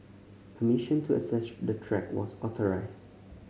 permission to access the track was authorised